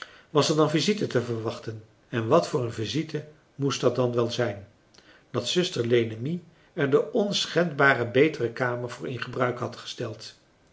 was er dan visite te wachten en wat voor een visite moest dat dan wel zijn dat zuster lenemie er de onschendbare betere kamer voor in gebruik had gesteld